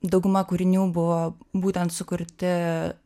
dauguma kūrinių buvo būtent sukurti